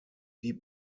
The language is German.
die